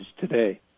today